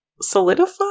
solidify